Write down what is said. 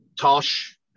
Tosh